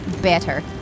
better